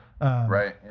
Right